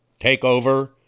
takeover